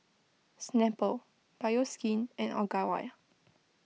Snapple Bioskin and Ogawa